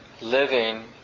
living